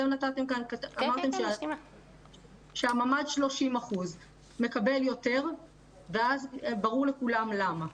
אתם אמרתם כאן שהממ"ד מקבל 30% יותר וברור לכולם למה.